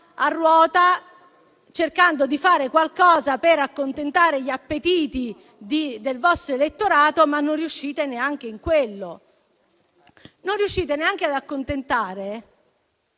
a ruota, cercando di fare qualcosa per accontentare gli appetiti del vostro elettorato, ma non riuscite neanche in quello. Non riuscite neanche ad accontentare